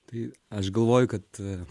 tai aš galvoju kad